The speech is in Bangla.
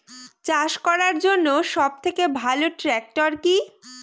চাষ করার জন্য সবথেকে ভালো ট্র্যাক্টর কি?